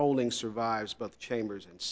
holding survives both chambers and